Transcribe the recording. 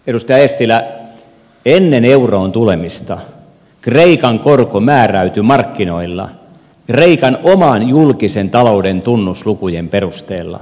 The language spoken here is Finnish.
edustaja eestilä ennen euroon tulemista kreikan korko määräytyi markkinoilla kreikan oman julkisen talouden tunnuslukujen perusteella